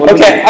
Okay